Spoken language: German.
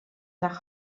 nach